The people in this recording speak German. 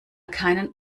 keinen